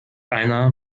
einer